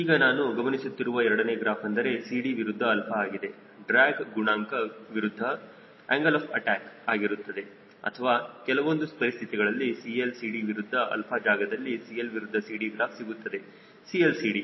ಈಗನಾನು ಗಮನಿಸುತ್ತಿರುವ ಎರಡನೇ ಗ್ರಾಫ್ ಅಂದರೆ CD ವಿರುದ್ಧ 𝛼 ಆಗಿದೆ ಡ್ರ್ಯಾಗ್ ಗುಣಾಂಕ ವಿರುದ್ಧ ಏನ್ಗಲ್ ಆಫ್ ಅಟ್ಯಾಕ್ಆಗಿರುತ್ತದೆ ಅಥವಾ ಕೆಲವೊಂದು ಪರಿಸ್ಥಿತಿಗಳಲ್ಲಿ CL CD ವಿರುದ್ಧ 𝛼 ಜಾಗದಲ್ಲಿ CL ವಿರುದ್ಧ CD ಗ್ರಾಫ್ ಸಿಗುತ್ತದೆ CL CD